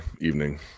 evening